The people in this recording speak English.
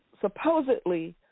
supposedly